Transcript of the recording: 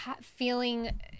feeling